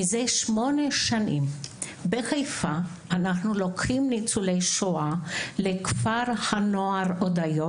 מזה 8 שנים בחיפה אנחנו לוקחים ניצולי שואה לכפר הנוער הודיות,